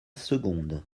seconde